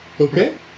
Okay